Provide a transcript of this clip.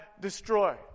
destroy